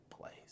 place